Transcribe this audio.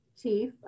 Chief